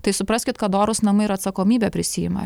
tai supraskit kad orūs namai ir atsakomybę prisiima